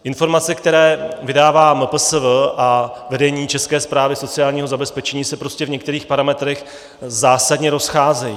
Informace, které vydává MPSV a vedení České správy sociálního zabezpečení, se prostě v některých parametrech zásadně rozcházejí.